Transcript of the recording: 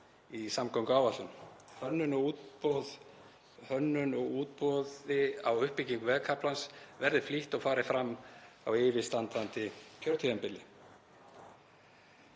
í samgönguáætlun. Hönnun og útboði á uppbyggingu vegarkaflans verði flýtt og fari fram á yfirstandandi kjörtímabili.